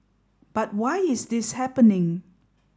but why is this happening